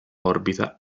orbita